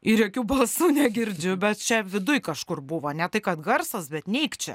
ir jokių balsų negirdžiu bet čia viduj kažkur buvo ne tai kad garsas bet neik čia